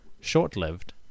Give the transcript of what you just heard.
short-lived